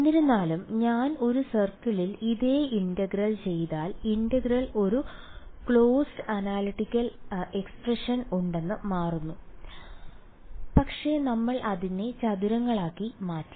എന്നിരുന്നാലും ഞാൻ ഒരു സർക്കിളിൽ ഇതേ ഇന്റഗ്രൽ ചെയ്താൽ ഇന്റഗ്രൽ ഒരു ക്ലോസ്ഡ് അനലിറ്റിക്കൽ എക്സ്പ്രഷൻ ഉണ്ടെന്ന് മാറുന്നു പക്ഷേ നമ്മൾ അതിനെ ചതുരങ്ങളാക്കി മാറ്റി